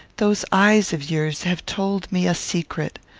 those eyes of yours have told me a secret.